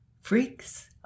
Freaks